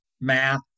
math